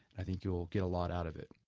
i think you will get a lot out of it